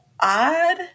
odd